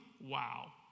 wow